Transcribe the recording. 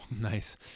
Nice